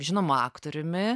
žinomu aktoriumi